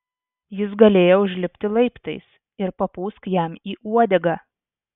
jis galėjo užlipti laiptais ir papūsk jam į uodegą